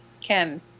Ken